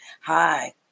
Hi